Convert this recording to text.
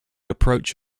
approach